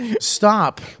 Stop